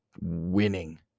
winning